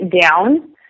down